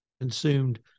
consumed